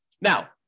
now